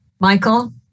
Michael